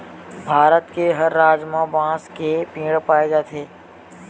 भारत के हर राज म बांस के पेड़ पाए जाथे